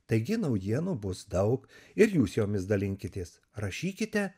taigi naujienų bus daug ir jūs jomis dalinkitės rašykite